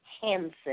Hansen